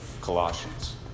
Colossians